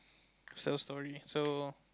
sell story so